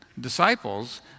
disciples